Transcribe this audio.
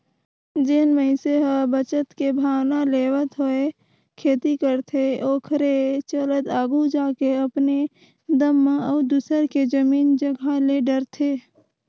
जेन मइनसे ह बचत के भावना लेवत होय खेती करथे ओखरे चलत आघु जाके अपने दम म अउ दूसर के जमीन जगहा ले डरथे